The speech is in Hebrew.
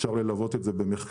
אפשר ללוות את זה במחקר,